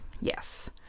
Yes